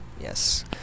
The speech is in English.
Yes